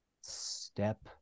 step